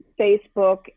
Facebook